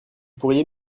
pourriez